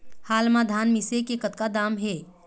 हाल मा धान मिसे के कतका दाम हे?